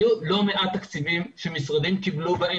היו לא מעט תקציבים שמשרדים קיבלו ואני